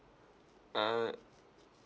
uh